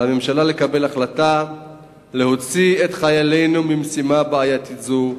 על הממשלה לקבל החלטה להוציא את חיילינו ממשימה בעייתית זו,